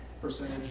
percentage